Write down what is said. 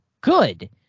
good